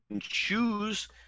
choose –